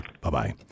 Bye-bye